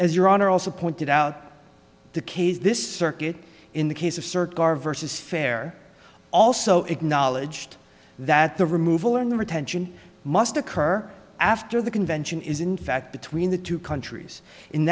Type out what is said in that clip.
as your honor also pointed out the case this circuit in the case of sircar versus fair also acknowledged that the removal of the retention must occur after the convention is in fact between the two countries in